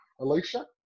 Alicia